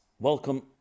Welcome